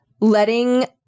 letting